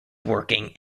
working